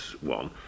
one